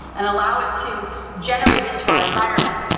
and allow it to generate into our environment,